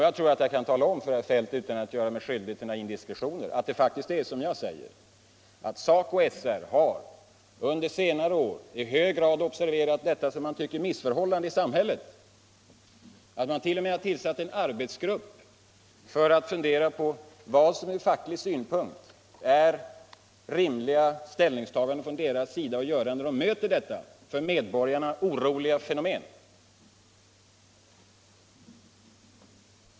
Jag tror att jag utan att göra mig skyldig till några indiskretioner kan tala om för herr Feldt att SACO/SR på senare tid i så hög grad har observerat detta missförhållande i samhället att man t.o.m. har tillsatt en arbetsgrupp för att fundera på vilka ställningstaganden som från facklig synpunkt är rimliga när man möter dessa för medborgarna oroande fenomen.